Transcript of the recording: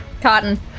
Cotton